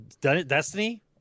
Destiny